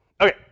Okay